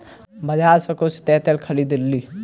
बजार सॅ किछ तेतैर खरीद लिअ